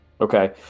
Okay